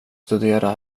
studera